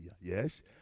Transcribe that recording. Yes